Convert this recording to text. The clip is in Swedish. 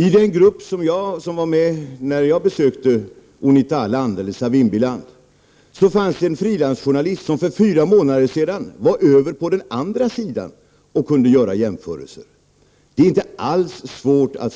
I den grupp som var med när jag besökte Unitaland eller Savimbiland fanns det en frilansjournalist som för fyra månader sedan var över på den andra sidan och kunde göra jämförelser. Det är inte alls svårt att